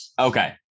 Okay